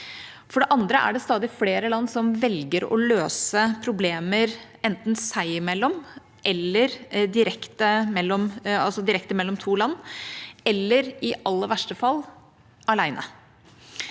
For det andre er det stadig flere land som velger å løse problemer enten seg imellom, altså direkte mellom to land, eller i aller verste fall alene.